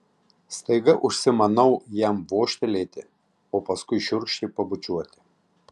staiga užsimanau jam vožtelėti o paskui šiurkščiai pabučiuoti